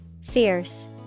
Fierce